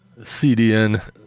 CDN